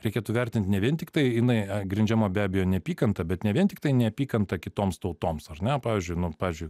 reikėtų vertinti ne vien tiktai jinai grindžiama be abejo neapykanta bet ne vien tiktai neapykanta kitoms tautoms ar ne pavyzdžiui nu pavyzdžiui